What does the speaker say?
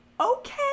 okay